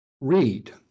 read